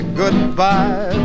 goodbye